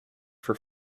for